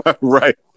right